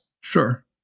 sure